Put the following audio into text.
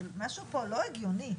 משהו פה לא הגיוני.